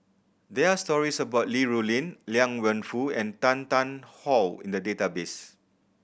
there are stories about Li Rulin Liang Wenfu and Tan Tarn How in the database